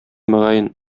мөгаен